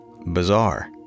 bizarre